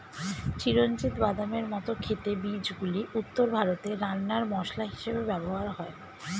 চিরঞ্জিত বাদামের মত খেতে বীজগুলি উত্তর ভারতে রান্নার মসলা হিসেবে ব্যবহার হয়